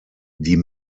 die